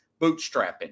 bootstrapping